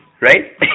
right